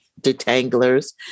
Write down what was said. detanglers